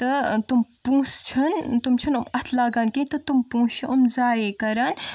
تہٕ تِم پونٛسہٕ چھنہٕ تِم چھنہٕ اتھ لاگان کیٚنہہ تہٕ تِم پونٛسہِ چھِ یِم زاے کران